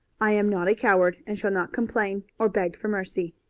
i am not a coward, and shall not complain or beg for mercy.